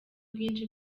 bwinshi